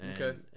Okay